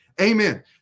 amen